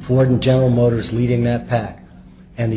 ford and general motors leading that pack and the